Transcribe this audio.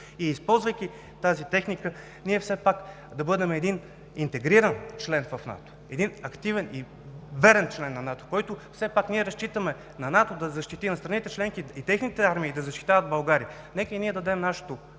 Използвайки тази техника, ние да бъдем един интегриран член в НАТО, един активен и верен член на НАТО. Все пак ние разчитаме на НАТО да защитим страните членки и техните армии да защитават България. Нека и ние дадем нашето